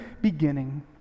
beginning